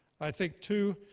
i think, too,